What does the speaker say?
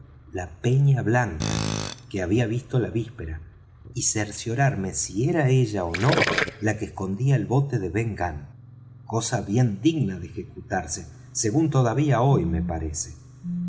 la peña blanca que había visto la víspera y cerciorarme si era ella ó no la que escondía el bote de ben gunn cosa bien digna de ejecutarse según todavía hoy me parece